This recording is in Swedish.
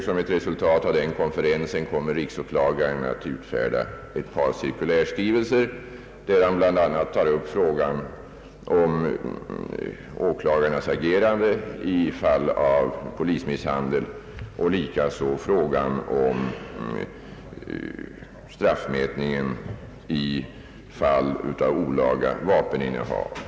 Som ett resultat av denna konferens kommer riksåklagaren att utfärda ett par cirkulärskrivelser där han bl, a. tar upp frågan om åklagarnas agerande i fall av polismisshandel och likaså straffmätningen i fall av olaga vapeninnehav.